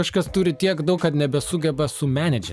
kažkas turi tiek daug kad nebesugeba sumenedžint